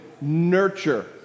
nurture